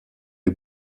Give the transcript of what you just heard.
les